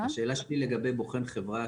השאלה שלי לגבי בוחן חברה.